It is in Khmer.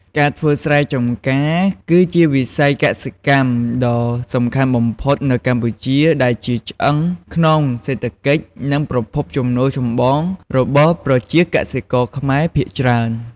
ការធ្វើស្រែចម្ការ គឺជាវិស័យកសិកម្មដ៏សំខាន់បំផុតនៅកម្ពុជា ដែលជាឆ្អឹងខ្នងសេដ្ឋកិច្ច និងប្រភពចំណូលចម្បងរបស់ប្រជាកសិករខ្មែរភាគច្រើន។